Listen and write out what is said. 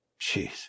Jeez